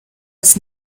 das